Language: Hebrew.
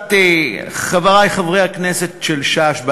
חברי חברי הכנסת של ש"ס,